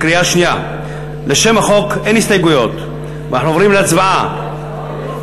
לשם החוק אין הסתייגויות ואנחנו עוברים להצבעה.